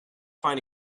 find